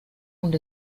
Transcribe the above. und